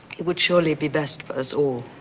would surely be best for us all.